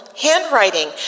handwriting